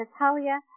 Natalia